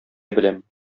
беләм